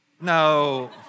No